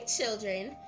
children